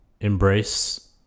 embrace